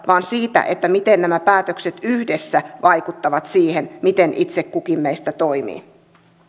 vaan siitä siitä miten nämä päätökset yhdessä vaikuttavat siihen miten itse kukin meistä toimii